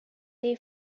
they